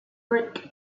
break